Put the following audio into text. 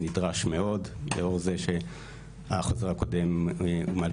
שנדרש מאוד לאור זה שהחוזר הקודם הינו משנת